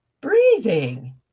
breathing